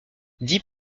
dix